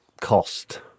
cost